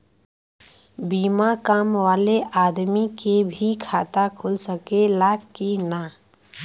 बिना काम वाले आदमी के भी खाता खुल सकेला की ना?